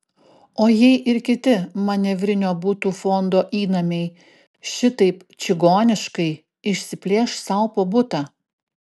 o jei ir kiti manevrinio butų fondo įnamiai šitaip čigoniškai išsiplėš sau po butą